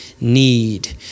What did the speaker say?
need